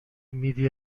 میدی